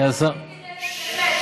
כ-10% באמת,